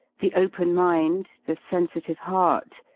the open mind, the sensitive heart,